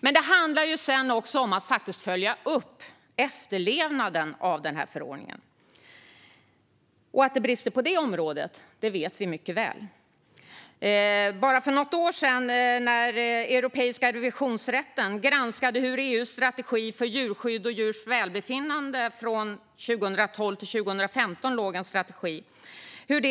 Men det handlar också om att följa upp efterlevnaden av förordningen. Att det brister på det området vet vi mycket väl. Bara för något år sedan granskade Europeiska revisionsrätten hur EU:s strategi för djurskydd och djurs välbefinnande 2012-2015